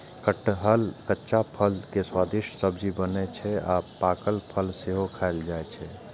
कटहलक कच्चा फल के स्वादिष्ट सब्जी बनै छै आ पाकल फल सेहो खायल जाइ छै